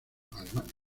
alemania